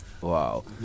Wow